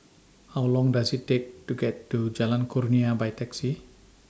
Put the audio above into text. How Long Does IT Take to get to Jalan Kurnia By Taxi